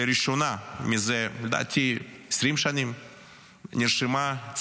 לראשונה זה 20 שנים לדעתי,